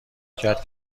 کرد